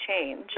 change